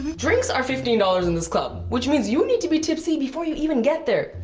drinks are fifteen dollars in this club, which means you need to be tipsy before you even get there.